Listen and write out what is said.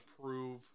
prove